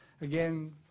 again